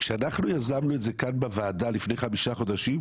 כשאנחנו יזמנו את זה כאן בוועדה לפני 5 חודשים,